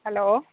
hello